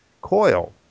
coil